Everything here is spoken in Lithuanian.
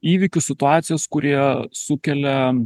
įvykius situacijas kurie sukelia